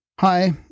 Hi